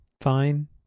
fine